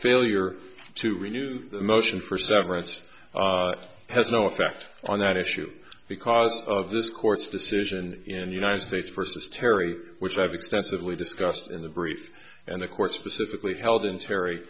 failure to renew the motion for severance has no effect on that issue because of this court's decision in the united states versus terry which i have extensively discussed in the brief and the court's specific lee held in terry